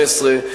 פ/1515/18,